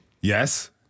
Yes